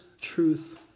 truth